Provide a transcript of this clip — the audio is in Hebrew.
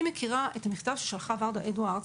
אני מכירה את המכתב ששלחה ורדה אדוארדס,